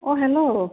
অঁ হেল্ল'